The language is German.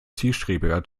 zielstrebiger